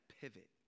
pivot